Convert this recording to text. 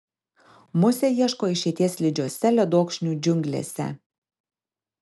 musė ieško išeities slidžiose ledokšnių džiunglėse